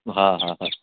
હા હા હા